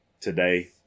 today